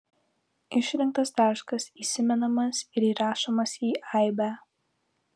išrinktas taškas įsimenamas ir įrašomas į aibę